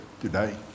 today